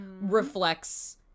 reflects